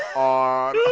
on